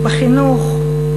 בחינוך,